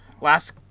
last